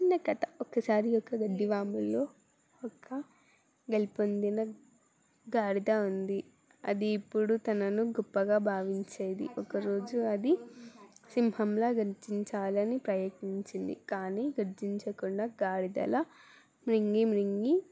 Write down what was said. చిన్న కథ ఒకసారి ఒక గడ్డి వాములో ఒక గెలుపొందిన గాడిత ఉంది అది ఇప్పుడు తనను గొప్పగా భావించేది ఒకరోజు అది సింహంలా గర్జించాలని ప్రయత్నించింది కానీ గర్జించకుండా గాడిదలా మింగి మింగి